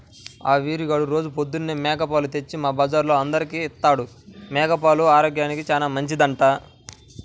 ఆ వీరిగాడు రోజూ పొద్దన్నే మేక పాలు తెచ్చి మా బజార్లో అందరికీ ఇత్తాడు, మేక పాలు ఆరోగ్యానికి చానా మంచిదంట